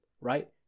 right